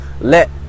let